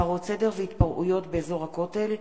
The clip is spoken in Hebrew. הפרות סדר והתפרעויות באזור הכותל,